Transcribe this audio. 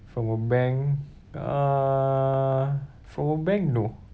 from a bank uh from a bank no